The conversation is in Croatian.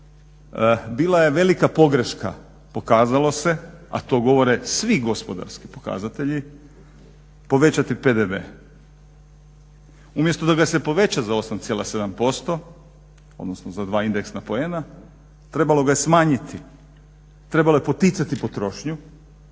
Bila je velika pogreška, pokazalo se, a to govore svi gospodarski pokazatelji, povećati PDV. Umjesto da ga se poveća za 8,7%, odnosno za 2 indeksna poena trebalo ga je smanjiti, trebalo je poticati potrošnju.